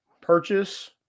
Purchase